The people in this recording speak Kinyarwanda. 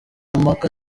mpaka